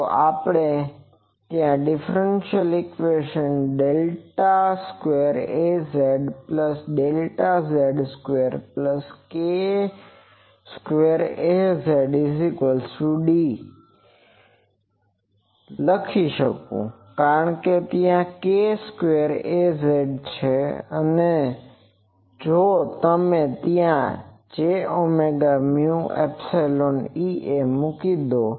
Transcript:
તો આપણે ત્યાં differential equation 2AZz2 K2AZD del square Az plus del z square plus K square Az બરાબર D લખી શકું છું કારણ કે ત્યાં એક K સ્ક્વેર Az જ છે જો તમે ત્યાં J omega mu epsilon EA મૂકી દો